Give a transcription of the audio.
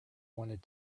wanted